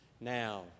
now